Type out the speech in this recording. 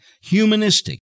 humanistic